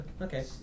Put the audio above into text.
Okay